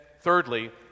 thirdly